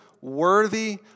worthy